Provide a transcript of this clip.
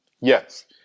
Yes